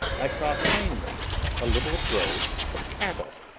i saw plainly a little drove of cattle,